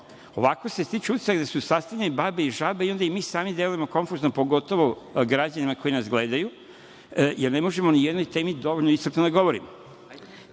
Ovako se stiče utisak da su sastavljene babe i žabe i onda i mi sami delujemo konfuzno, pogotovo građanima koji nas gledaju jer ne možemo ni o jednoj temi dovoljno iscrpno da govorimo.